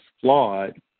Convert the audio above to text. flawed